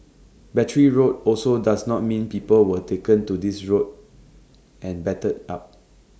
Battery Road also does not mean people were taken to this road and battered up